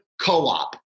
co-op